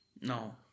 No